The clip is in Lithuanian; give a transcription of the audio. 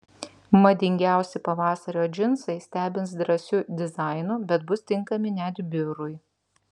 madingiausi pavasario džinsai stebins drąsiu dizainu bet bus tinkami net biurui